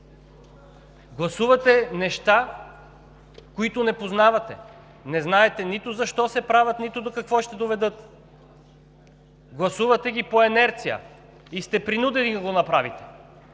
Гласувате неща, които не познавате. Не знаете нито защо се правят, нито до какво ще доведат. Гласувате ги по инерция и сте принудени да го направите.